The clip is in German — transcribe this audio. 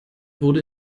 wurde